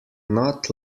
not